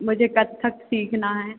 मुझे कथक सीखना है